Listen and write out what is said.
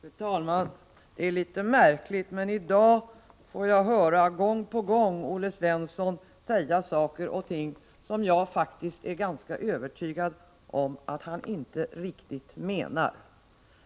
Fru talman! Det är litet märkligt, men i dag får jag gång på gång höra Olle Svensson säga saker och ting som jag faktiskt är ganska övertygad om att han inte riktigt menar.